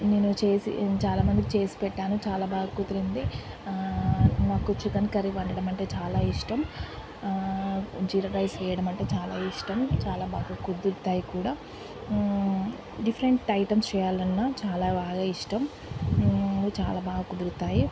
నేను చేసి చాలామందికి చేసి పెట్టాను చాలా బాగా కుదిరింది నాకు చికెన్ కర్రీ వండటం అంటే చాలా ఇష్టం జీరా రైస్ చేయడం అంటే చాలా ఇష్టం చాలా బాగా కుదురుతాయి కూడా డిఫరెంట్ ఐటమ్ చేయాలన్నా చాలా బాగా ఇష్టం చాలా బాగా కుదురుతాయి